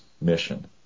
mission